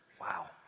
Wow